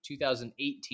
2018